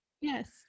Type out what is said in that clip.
Yes